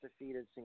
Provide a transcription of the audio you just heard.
defeated